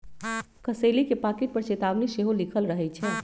कसेली के पाकिट पर चेतावनी सेहो लिखल रहइ छै